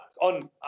on